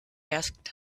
asked